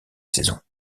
saison